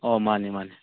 ꯑꯣ ꯃꯥꯅꯦ ꯃꯥꯅꯦ